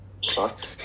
sucked